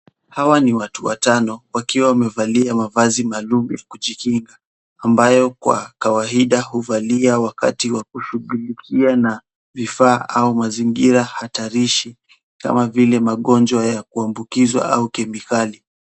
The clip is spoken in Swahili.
Hawa ni watu watano wakiwa wamevalia mavazi maalum ya kujikinga ambayo kwa kawaida huvaliwa wakati wa kushughulikia na vifaa au mazingira hatarishi kama vile magonjwa ya kuambukizwa au kemikali.